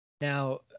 Now